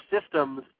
systems